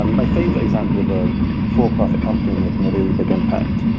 um my favorite example of a for-profit company making a really big impact,